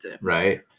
right